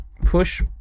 Push